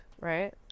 Right